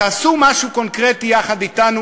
תעשו משהו קונקרטי יחד אתנו,